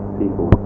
people